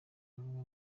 bamwe